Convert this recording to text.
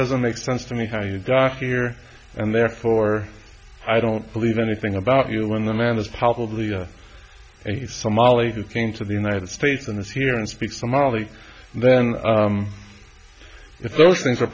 doesn't make sense to me how you docking here and therefore i don't believe anything about you when the man is probably a somali who came to the united states and its here and speaks somali and then if those things are a